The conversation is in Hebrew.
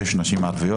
שש נשים ערביות.